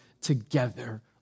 together